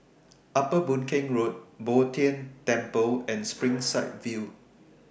Upper Boon Keng Road Bo Tien Temple and Springside View